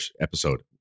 episode